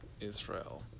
Israel